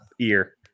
ear